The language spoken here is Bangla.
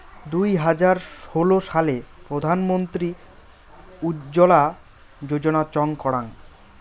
দুই হাজার ষোলো সালে প্রধান মন্ত্রী উজ্জলা যোজনা চং করাঙ